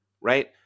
right